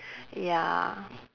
ya